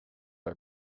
are